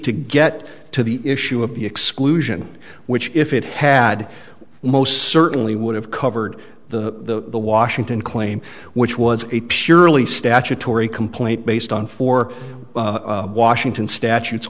to get to the issue of the exclusion which if it had most certainly would have covered the washington claim which was a purely statutory complaint based on four washington statutes